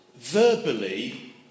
verbally